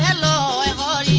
and la and la